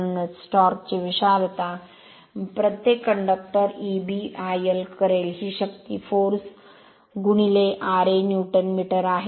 म्हणूनच टॉर्क ची विशालता प्रत्येक कंडक्टर E b IL करेल ही शक्ती ra न्यूटन मीटर आहे